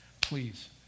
please